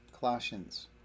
Colossians